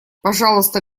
пожалуйста